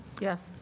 yes